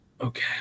okay